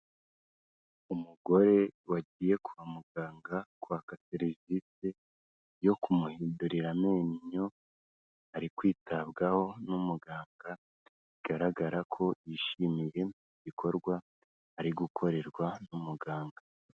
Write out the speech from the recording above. Umugore wagiye kwa muganga kwaka serivisi yo kumuhindurira amenyo, ari kwitabwaho n'umuganga bigaragara ko yishimiye ibikorwa ari gukorerwa n'umuganga.